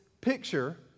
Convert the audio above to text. picture